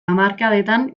hamarkadetan